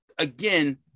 again